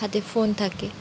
হাতে ফোন থাকে